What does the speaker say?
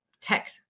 tech